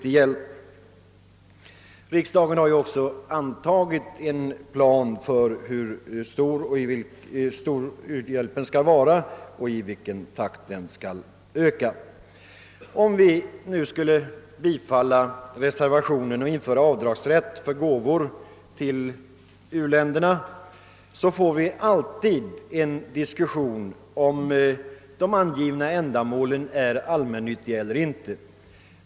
Riksdagen har ju också antagit en plan för hur stor u-hjälpen skall vara och i vilken takt den skall öka. Om vi skulle bifalla reservationen och införa avdragsrätt för gåvor till u-länderna finge vi alltså en diskussion om huruvida de angivna ändamålen är allmännyttiga eller inte.